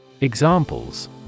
Examples